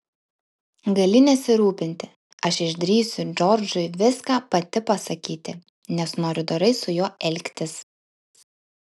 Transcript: gali nesirūpinti aš išdrįsiu džordžui viską pati pasakyti nes noriu dorai su juo elgtis